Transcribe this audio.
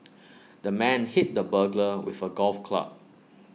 the man hit the burglar with A golf club